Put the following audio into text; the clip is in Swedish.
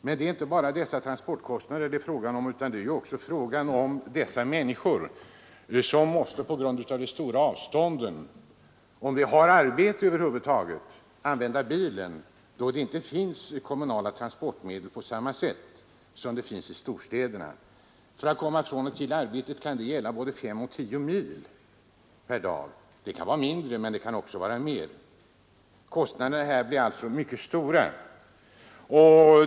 Men det är inte bara dessa transportkostnader det är fråga om, utan fördyringarna träffar även de människor som på grund av de stora avstånden måste, om de har arbete över huvud taget, använda bilen, då det inte finns kommunala transportmedel på samma sätt som i storstäderna. För att komma från och till arbetet kan det röra sig om körsträckor på 5—10 mil per dag; det kan vara mindre, men det kan också vara mer. Kostnaderna här blir alltså mycket höga.